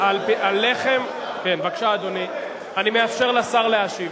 על לחם, בבקשה, אדוני, אני מאפשר לשר להשיב.